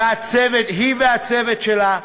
היא והצוות שלה,